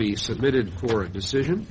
be submitted for a decision